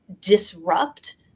disrupt